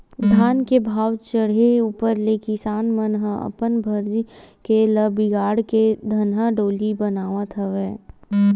धान के भाव चड़हे ऊपर ले किसान मन ह अपन भर्री खेत ल बिगाड़ के धनहा डोली बनावत हवय